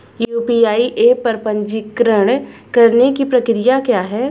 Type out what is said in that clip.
UPI app पर पंजीकरण करने की प्रक्रिया क्या है?